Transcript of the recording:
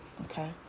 okay